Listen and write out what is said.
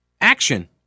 action